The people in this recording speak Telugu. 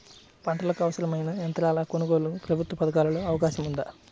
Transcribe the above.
పంటకు అవసరమైన యంత్రాల కొనగోలుకు ప్రభుత్వ పథకాలలో అవకాశం ఉందా?